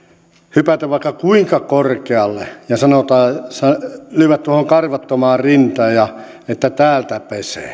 hypätä vaikka kuinka korkealle ja lyödä tuohon karvattomaan rintaan että täältä pesee